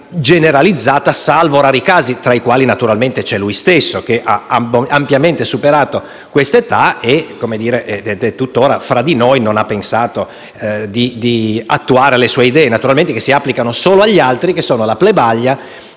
generalizzata, salvo rari casi, tra i quali naturalmente c'è lui stesso, che ha ampiamente superato questa età, è tutt'ora fra di noi e non ha pensato di attuare le sue idee. Queste si applicano solo agli altri, che sono la plebaglia,